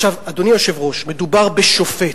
אדוני היושב-ראש, מדובר בשופט,